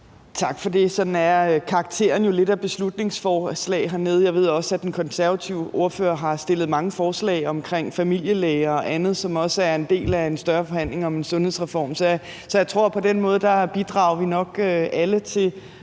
Tak for det. Sådan er beslutningsforslagenes karakter jo lidt hernede. Jeg ved også, at den konservative ordfører har fremsat mange forslag om familielæger og andet, som også er en del af en større forhandling om en sundhedsreform, så jeg tror, at vi alle nok på den måde bidrager til at